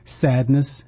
sadness